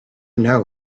know